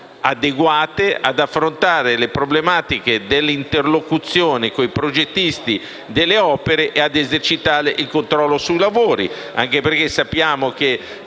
ad affrontare le problematiche dell'interlocuzione con i progettisti delle opere e a esercitare il controllo sui lavori. Sappiamo,